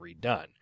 redone